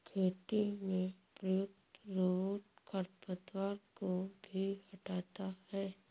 खेती में प्रयुक्त रोबोट खरपतवार को भी हँटाता है